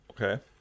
Okay